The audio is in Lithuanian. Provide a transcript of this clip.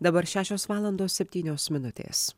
dabar šešios valandos septynios minutės